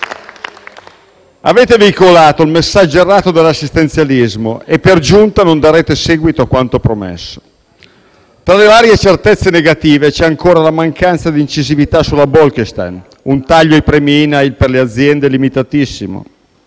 Avete veicolato il messaggio errato dell'assistenzialismo e per giunta non darete seguito a quanto promesso. Tra le varie certezze negative, c'è ancora la mancanza di incisività sulla Bolkestein, un taglio ai premi INAIL per le aziende limitatissimo